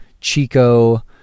Chico